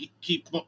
keep